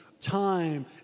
time